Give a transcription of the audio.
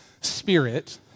spirit